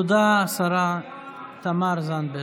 תודה, השרה תמר זנדברג.